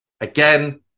Again